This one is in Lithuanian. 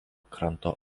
kranto